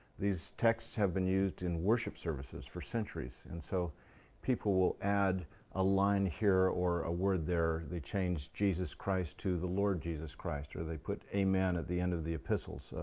these texts have been used in worship services for centuries. and so people will add a line here or a word there, they change jesus christ to the lord jesus christ, or they put amen at the end of the epistles.